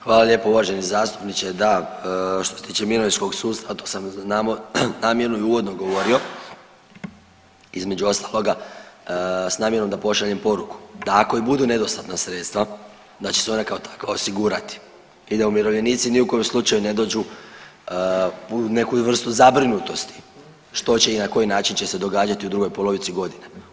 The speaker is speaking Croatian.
Hvala lijepo uvaženi zastupniče, da, što se tiče mirovinskog sustava to sam namjerno i uvodno govorio između ostaloga s namjerom da pošaljem poruku da ako i budu nedostatna sredstva, da će se ona kao takva osigurati i da umirovljenici ni u kojem slučaju ne dođu u neku i vrstu zabrinutosti što će i na koji način će se događati u drugoj polovici godine.